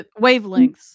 wavelengths